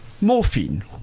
morphine